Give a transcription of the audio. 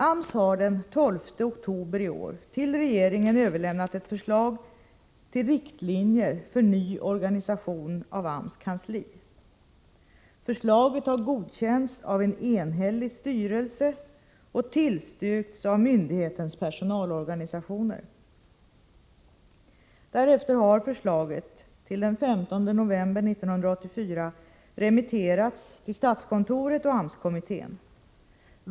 AMS har den 12 oktober i år till regeringen överlämnat ett förslag till riktlinjer för ny organisation av AMS kansli. Förslaget har godkänts av en enhällig styrelse och tillstyrkts av myndighetens personalorganisationer. Därefter har förslaget till den 15 november 1984 remitterats till statskontoret och AMS-kommittén.